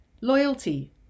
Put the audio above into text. loyalty